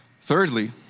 Thirdly